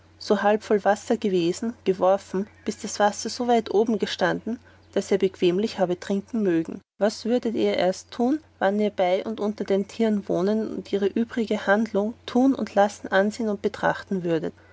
so halb voll wasser gewesen geworfen bis das wasser so weit oben gestanden daß er bequemlich habe trinken mögen was würdet ihr erst tun wann ihr bei und unter den tieren wohnen und ihre übrige handlungen tun und lassen ansehen und betrachten würdet